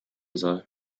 soll